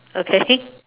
okay